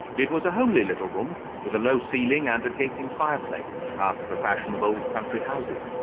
it was a homely little room, with a low ceiling and a gaping fireplace, after the fashion of old country-houses.